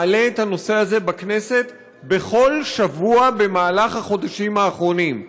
מעלה את הנושא הזה בכנסת בכל שבוע בחודשים האחרונים.